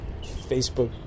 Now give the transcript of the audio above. Facebook